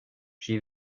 j’ai